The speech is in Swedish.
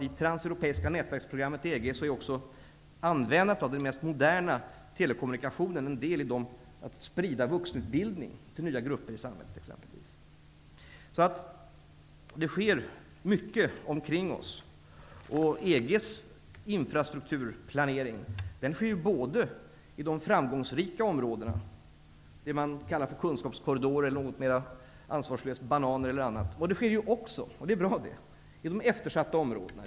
I Transeuropeiska nätverksprogrammet i EG är faktiskt också användandet av den mest moderna telekommunikationen en del i att sprida vuxenutbildning till nya grupper i samhället. Det sker mycket omkring oss. EG:s infrastrukturplanering sker både i de framgångsrika områdena, i det man kallar kunskapskorridorer, eller något mer ansvarslöst ''bananer'', och i de eftersatta områdena, vilket är bra.